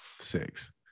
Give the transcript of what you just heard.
six